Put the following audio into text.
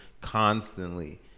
constantly